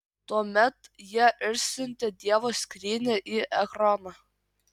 tuomet jie išsiuntė dievo skrynią į ekroną